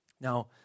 Now